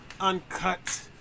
uncut